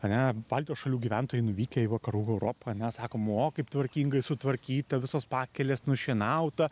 ane baltijos šalių gyventojai nuvykę į vakarų europą ane sakom o kaip tvarkingai sutvarkyta visos pakelės nušienauta